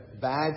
bad